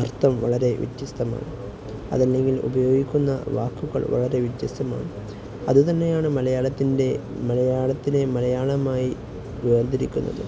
അർത്ഥം വളരെ വ്യത്യസ്തമാണ് അതല്ലെങ്കിൽ ഉപയോഗിക്കുന്ന വാക്കുകൾ വളരെ വ്യത്യസ്തമാണ് അതു തന്നെയാണ് മലയാളത്തിൻ്റെ മലയാളത്തിലെ മലയാളമായി വേര്തിരിക്കുന്നത്